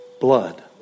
blood